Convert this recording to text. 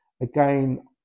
Again